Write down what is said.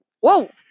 Whoa